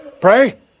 Pray